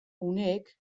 uneek